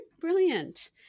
brilliant